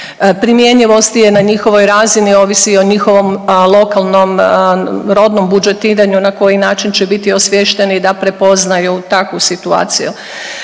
primjenjivosti je na njihovoj razini, ovisi o njihovom lokalnom rodnom budžetiranju, na koji način će biti osviješteni da prepoznaju takvu situaciju.